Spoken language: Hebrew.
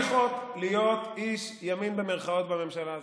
שפדיחות להיות "איש ימין" בממשלה הזאת.